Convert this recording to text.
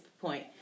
point